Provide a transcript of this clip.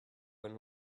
when